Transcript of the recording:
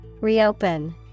Reopen